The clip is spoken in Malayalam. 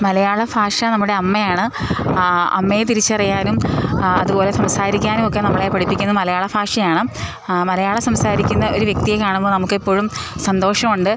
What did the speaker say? മലയാളഭാഷ നമ്മുടെ അമ്മയാണ് അമ്മയെ തിരിച്ചറിയാനും അതുപോലെ സംസാരിക്കാനും ഒക്കെ നമ്മളെ പഠിപ്പിക്കുന്ന മലയാള ഭാഷയാണ് മലയാളം സംസാരിക്കുന്ന ഒരു വ്യക്തിയെ കാണുമ്പോൾ നമുക്ക് എപ്പോഴും സന്തോഷം ഉണ്ട്